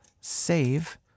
save